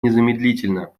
незамедлительно